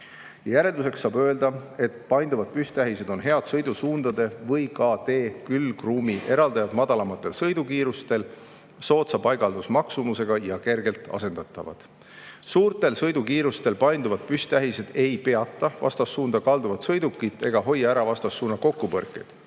Järelduseks saab öelda, et painduvad püsttähised on head sõidusuundade või ka tee külgruumi eraldajad madalamatel sõidukiirustel, soodsa paigaldusmaksumusega ja kergelt asendatavad. Suurtel sõidukiirustel painduvad püsttähised ei peata vastassuunda kalduvat sõidukit ega hoia ära vastassuuna kokkupõrkeid.